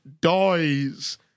dies